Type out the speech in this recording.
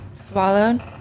Swallowed